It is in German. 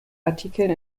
artikeln